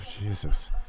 jesus